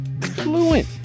fluent